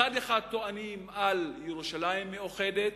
מצד אחד טוענים על ירושלים מאוחדת,